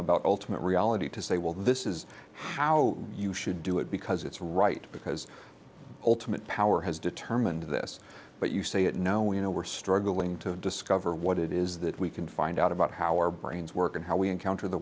about ultimate reality to say well this is how you should do it because it's right because ultimate power has determined this but you say it no you know we're struggling to discover what it is that we can find out about how our brains work and how we encounter the